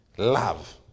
love